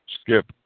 Skip